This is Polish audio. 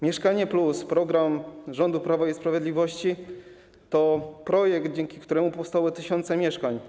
Mieszkanie+”, program rządu Prawa i Sprawiedliwości, to projekt, dzięki któremu powstały tysiące mieszkań.